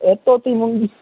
एह् धोती मूंगी